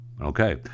Okay